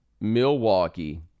Milwaukee